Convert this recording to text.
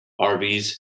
RVs